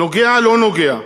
נוגע, לא נוגע.